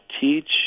teach